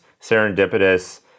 serendipitous